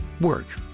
work